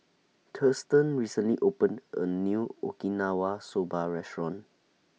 Thurston recently opened A New Okinawa Soba Restaurant